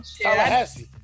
Tallahassee